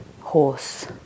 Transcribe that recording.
horse